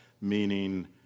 meaning